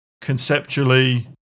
conceptually